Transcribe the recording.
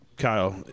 Kyle